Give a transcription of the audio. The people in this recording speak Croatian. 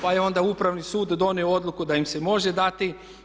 Pa je onda Upravni sud donio odluku da im se može dati.